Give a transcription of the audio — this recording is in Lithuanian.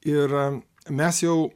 ir mes jau